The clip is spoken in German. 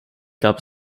gab